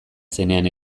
zenean